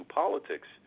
politics